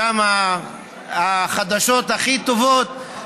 ששם החדשות הכי טובות,